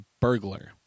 burglar